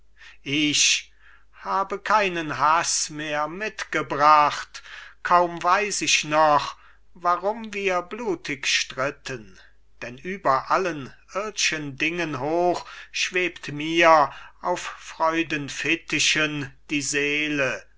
herz ich habe keinen haß mehr mitgebracht kaum weiß ich noch warum wir blutig stritten denn über allen ird'schen dingen hoch schwebt mir auf freudenfittigen die seele